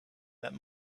that